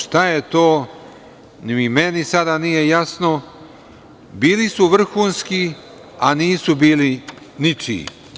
Šta je to, ni meni sada nije jasno, bili su vrhunski, a nisu bili ničiji.